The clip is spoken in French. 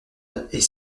est